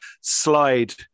slide